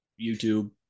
YouTube